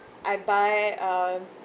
I buy um